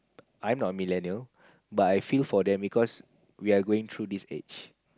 I'm not a millennial but I feel for them because we are going through this age